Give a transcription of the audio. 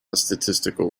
statistical